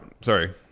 Sorry